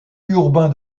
urbain